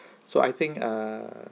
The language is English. so I think err